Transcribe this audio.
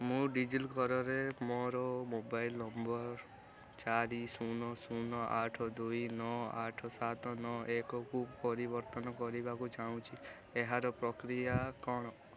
ମୁଁ ଡିଜିଲକର୍ରେ ମୋର ମୋବାଇଲ୍ ନମ୍ବର୍ ଚାରି ଶୂନ ଶୂନ ଆଠ ଦୁଇ ନଅ ଆଠ ସାତ ନଅ ଏକକୁ ପରିବର୍ତ୍ତନ କରିବାକୁ ଚାହୁଁଛି ଏହାର ପ୍ରକ୍ରିୟା କ'ଣ